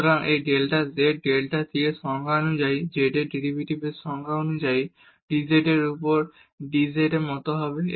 সুতরাং এই delta z delta t এর সংজ্ঞা অনুসারে z এর ডেরিভেটিভের সংজ্ঞা অনুযায়ী dz এর উপর dz এর মতো হবে